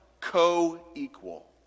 co-equal